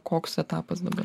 koks etapas dabar